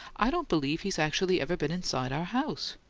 i don't believe he's actually ever been inside our house!